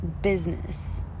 business